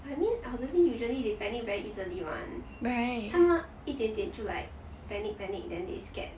I mean elderly usually they panic very easily [one] 他们一点点就 like panic panic then they scared